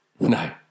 No